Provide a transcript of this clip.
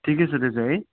ठिकै छ त्यो चाहिँ है